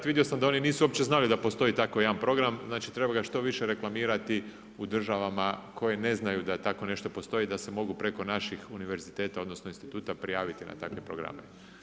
Vidio sam da oni nisu uopće znali da postoji takav jedan program znači treba ga što više reklamirati u državama koje ne znaju da tako nešto postoje i da se mogu preko naših univerziteta odnosno instituta prijaviti na takve programe.